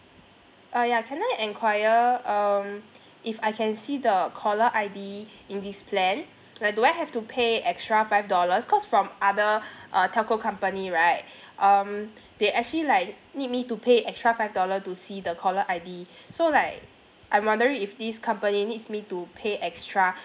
uh ya can I enquire um if I can see the caller I_D in this plan like do I have to pay extra five dollars cause from other uh telco company right um they actually like need me to pay extra five dollar to see the caller I_D so like I'm wondering if this company needs me to pay extra